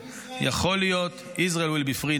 יכול להיות --- Israel will be free.